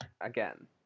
again